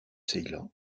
ceylan